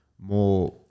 More